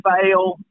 fail